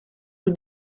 rue